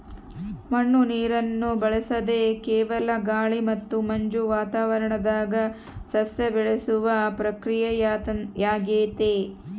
ಮಣ್ಣು ನೀರನ್ನು ಬಳಸದೆ ಕೇವಲ ಗಾಳಿ ಮತ್ತು ಮಂಜು ವಾತಾವರಣದಾಗ ಸಸ್ಯ ಬೆಳೆಸುವ ಪ್ರಕ್ರಿಯೆಯಾಗೆತೆ